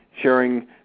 sharing